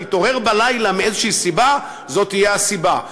ואם נתעורר בלילה מאיזו סיבה זאת תהיה הסיבה,